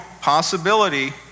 possibility